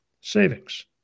savings